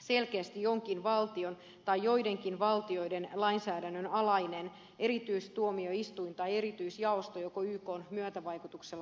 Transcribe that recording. selkeästi jonkin valtion tai joidenkin valtioiden lainsäädännön alainen erityistuomioistuin tai erityisjaosto joko ykn myötävaikutuksella tai ilman